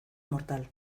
mortal